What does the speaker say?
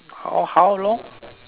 how how long